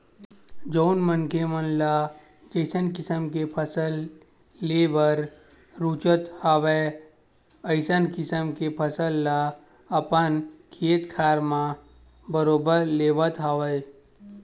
जउन मनखे मन ल जइसन किसम के फसल लेबर रुचत हवय अइसन किसम के फसल अपन खेत खार मन म बरोबर लेवत हवय